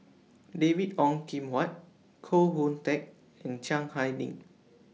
David Ong Kim Huat Koh Hoon Teck and Chiang Hai Ding